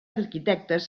arquitectes